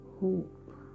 hope